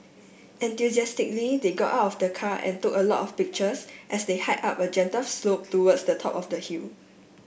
enthusiastically they got off the car and took a lot of pictures as they hike up a gentle slope towards the top of the hill